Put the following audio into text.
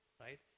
Right